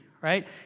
right